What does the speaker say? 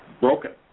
broken